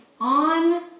on